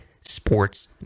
sports